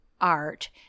art